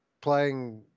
playing